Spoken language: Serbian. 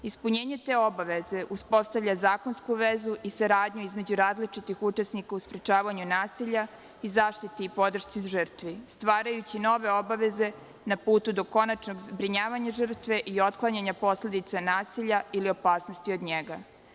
Ispunjenje te obaveze uspostavlja zakonsku vezu i saradnju između različitih učesnika u sprečavanju nasilja i zaštiti i podršci žrtvi, stvarajući nove obaveze na putu do konačnog zbrinjavanja žrtve i otklanjanja posledica nasilja ili opasnosti od njega.